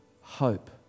hope